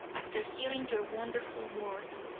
after hearing your wonderful words,